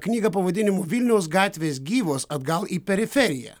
knygą pavadinimu vilniaus gatvės gyvos atgal į periferiją